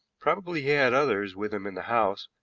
probably he had others with him in the house,